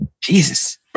Jesus